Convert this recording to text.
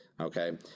okay